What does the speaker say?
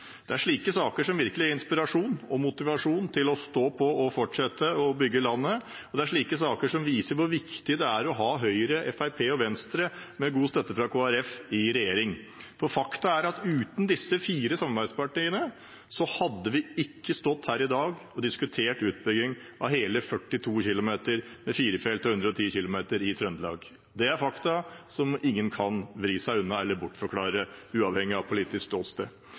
i dag. Slike saker gir virkelig inspirasjon og motivasjon til å stå på og fortsette å bygge landet, og slike saker viser hvor viktig det er å ha Høyre, Fremskrittspartiet og Venstre, med god støtte fra Kristelig Folkeparti, i regjering. For faktum er at uten disse fire samarbeidspartiene hadde vi ikke stått her i dag og diskutert utbygging av hele 42 km firefelts vei med 110 km/t i Trøndelag. Det er et faktum som ingen kan vri seg unna eller bortforklare, uavhengig av politisk ståsted.